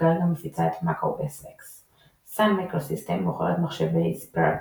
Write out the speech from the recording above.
שכרגע מפיצה את Mac OS X; סאן מיקרוסיסטמס מוכרת מחשבי SPARC